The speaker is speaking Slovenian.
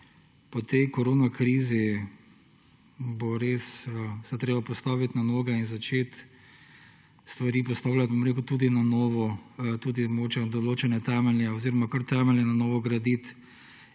po tej korona krizi se bo res treba postaviti na noge in začeti stvari postavljati tudi na novo, tudi mogoče na določene temelje oziroma kar temelje na novo graditi.